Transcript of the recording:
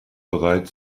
bereit